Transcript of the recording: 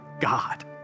God